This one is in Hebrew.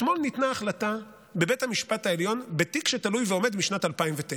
אתמול ניתנה החלטה בבית המשפט העליון בתיק שתלוי ועומד משנת 2009,